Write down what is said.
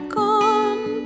gone